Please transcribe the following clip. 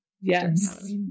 yes